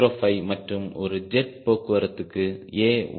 05 மற்றும் ஒரு ஜெட் போக்குவரத்துக்கு A 1